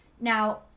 now